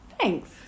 Thanks